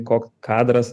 koks kadras